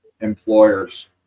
employers